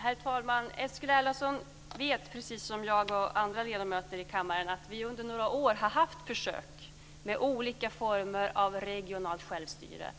Herr talman! Eskil Erlandsson vet precis som jag och alla andra ledamöter i kammaren att vi under några år haft försök med olika former av regionalt självstyre.